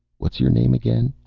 what's your name again?